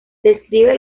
describe